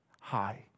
high